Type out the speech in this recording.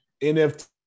NFT